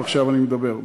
עכשיו אני מדבר,